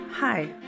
Hi